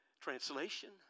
translation